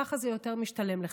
ככה זה יותר משתלם לך.